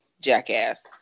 jackass